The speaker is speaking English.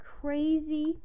crazy